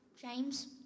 James